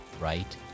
right